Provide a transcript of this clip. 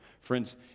Friends